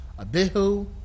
abihu